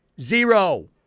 Zero